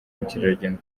ubukerarugendo